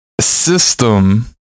system